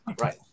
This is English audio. right